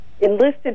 enlisted